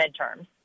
midterms